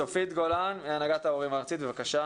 צופית גולן מהנהגת ההורים הארצית, בבקשה.